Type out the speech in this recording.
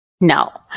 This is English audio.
No